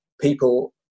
people